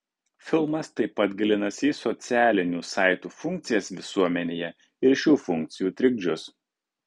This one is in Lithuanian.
filmas taip pat gilinasi į socialinių saitų funkcijas visuomenėje ir šių funkcijų trikdžius